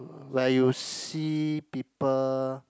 where you see people